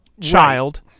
child